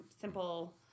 simple